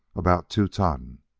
about two ton.